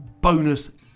bonus